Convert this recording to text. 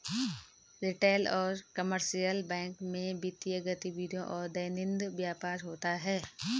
retail और commercial bank में वित्तीय गतिविधियों और दैनंदिन व्यापार होता है